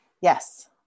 Yes